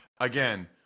Again